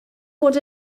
bod